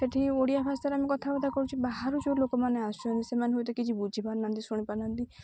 ସେଠି ଓଡ଼ିଆ ଭାଷାରେ ଆମେ କଥାାର୍ତ୍ତା କରୁଛୁ ବାହାରୁ ଯେଉଁ ଲୋକମାନେ ଆସୁଛନ୍ତି ସେମାନେ ହୁଏ ତ କିଛି ବୁଝିପାରୁନାହାନ୍ତି ଶୁଣିପାରୁନାହାନ୍ତି